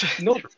No